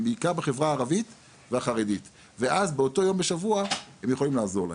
בעיקר בחברה הערבית והחרדית ואז באותו יום בשבוע הם יכולים לעזור להם.